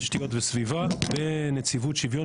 תשתיות וסביבה בנציבות שוויון,